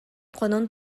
хонон